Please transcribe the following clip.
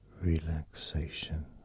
relaxation